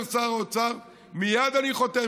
אומר שר האוצר: מייד אני חותם,